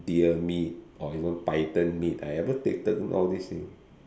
deer meat or even python meat I ever taken all these thing